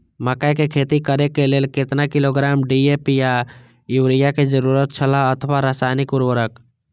मकैय के खेती करे के लेल केतना किलोग्राम डी.ए.पी या युरिया के जरूरत छला अथवा रसायनिक उर्वरक?